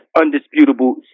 undisputable